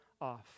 off